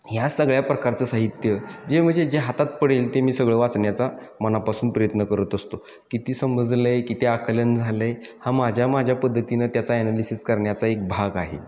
ह्या सगळ्या प्रकारचं साहित्य जे म्हणजे जे हातात पडेल ते मी सगळं वाचण्याचा मनापासून प्रयत्न करत असतो किती समजलं आहे किती आकलन झालं आहे हा माझ्या माझ्या पद्धतीनं त्याचा ॲनालिसिस करण्याचा एक भाग आहे